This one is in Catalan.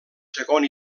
segon